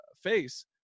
face